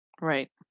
right